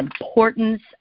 importance